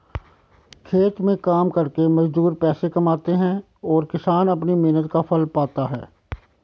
खेतों में काम करके मजदूर पैसे कमाते हैं और किसान अपनी मेहनत का फल पाता है